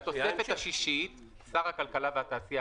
אבל את התוספת השישית שר הכלכלה והתעשייה,